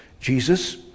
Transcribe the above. Jesus